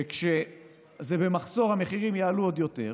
וכשזה במחסור המחירים יעלו עוד יותר,